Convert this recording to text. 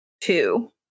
two